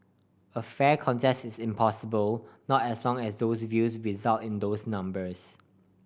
a fair contests is impossible not as long as those views result in those numbers